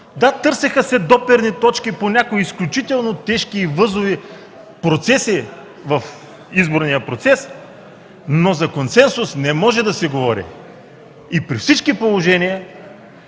Да, търсеха се допирни точки по някои изключително тежки и възлови процеси в изборния процес, но за консенсус не може да се говори. При всички положения